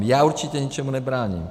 Já určitě ničemu nebráním.